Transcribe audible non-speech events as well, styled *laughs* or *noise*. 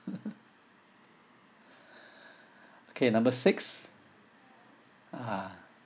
*laughs* *breath* okay number six uh